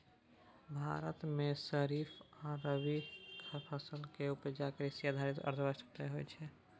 भारत मे खरीफ आ रबी फसल केर उपजा सँ कृषि आधारित अर्थव्यवस्था तय होइ छै